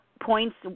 points